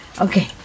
okay